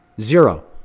zero